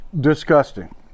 Disgusting